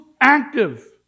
active